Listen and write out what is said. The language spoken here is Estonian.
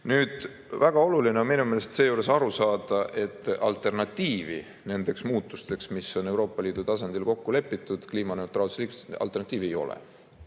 Nüüd väga oluline on minu meelest seejuures aru saada, et alternatiivi nendele muutustele, mis on Euroopa Liidu tasandil kokku lepitud kliimaneutraalsuses, ei ole.